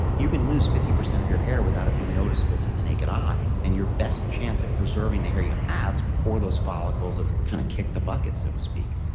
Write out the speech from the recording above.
you can lose fifty percent of your hair without it being noticeable to the naked eye, and your best chance at preserving the hair you have is before those follicles have kind of kicked the bucket so to speak.